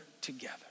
together